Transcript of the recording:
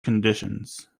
conditions